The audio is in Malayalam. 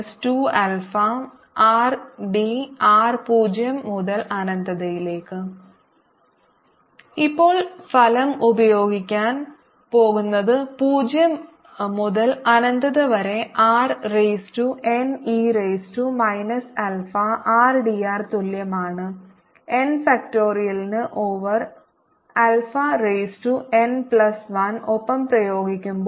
Vr4π04π01r23 2r2e αr r2e αr 23e αr0023 2r2e αr r2e αr 23e αr W004πr2dr0e αr1r23 2r2e αr r2e αr 23e αr4π02002re αr3 2r22e 2αr r3e 2αr 2r3e 2αrdr ഇപ്പോൾ ഫലം ഉപയോഗിക്കാൻ പോകുന്നത് പൂജ്യം മുതൽ അനന്തത വരെ r raise to n e raise to minus alpha rdr തുല്യമാണ് n ഫാക്റ്റോറിയലിന് over alpha raise to n plus 1 ഒപ്പം പ്രയോഗിക്കുമ്പോൾ